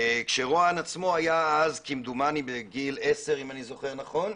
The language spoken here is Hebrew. כשרואן עצמו היה אז כמדומני בגיל 10 אם אני זוכר נכון,